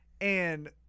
And-